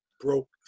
broke